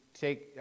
Take